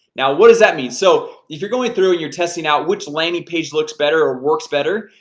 now. what does that mean? so if you're going through it, you're testing out which landing page looks better or works better.